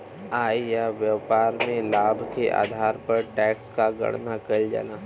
आय या व्यापार में लाभ के आधार पर टैक्स क गणना कइल जाला